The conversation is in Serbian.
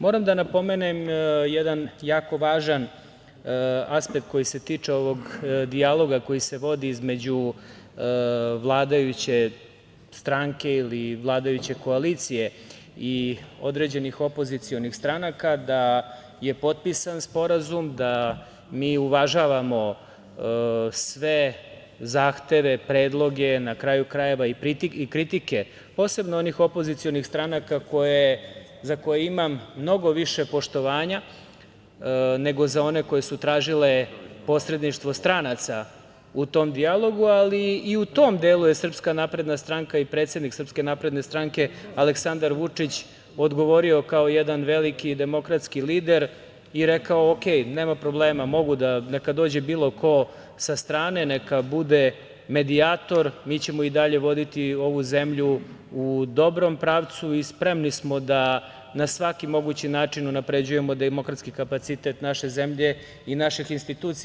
Moram da napomenem jedan jako važan aspekt koji se tiče ovog dijaloga koji se vodi između vladajuće stranke ili vladajuće koalicije i određenih opozicionih stranka, da je potpisan sporazum, da mi uvažavamo sve zahteve, predloge, na kraju krajeva i kritike, posebno onih opozicionih stranaka za koje imam mnogo više poštovanja nego za one koje su tražile posredništvo stranaca u tom dijalogu, ali i u tom delu je SNS i predsednik SNS Aleksandar Vučić odgovorio kao jedan veliki demokratski lider i rekao – u redu, nema problema, neka dođe bilo ko sa strane, neka bude medijator, mi ćemo i dalje voditi ovu zemlju u dobrom pravcu i spremni smo da na svaki mogući način unapređujemo demokratski kapacitet naše zemlje i naših institucija.